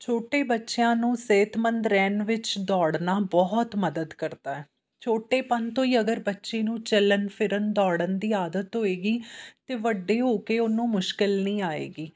ਛੋਟੇ ਬੱਚਿਆਂ ਨੂੰ ਸਿਹਤਮੰਦ ਰਹਿਣ ਵਿੱਚ ਦੌੜਨਾ ਬਹੁਤ ਮਦਦ ਕਰਦਾ ਛੋਟੇਪਨ ਤੋਂ ਹੀ ਅਗਰ ਬੱਚੇ ਨੂੰ ਚੱਲਣ ਫਿਰਨ ਦੌੜਨ ਦੀ ਆਦਤ ਹੋਏਗੀ ਤਾਂ ਵੱਡੇ ਹੋ ਕੇ ਉਹਨੂੰ ਮੁਸ਼ਕਿਲ ਨਹੀਂ ਆਏਗੀ